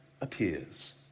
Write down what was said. appears